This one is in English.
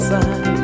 inside